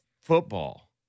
football